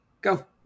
go